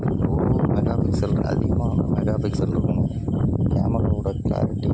ஓ megapixel அதிகமாக megapixel இருக்கணும் கேமராவோடய க்ளாரிட்டி